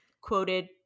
quoted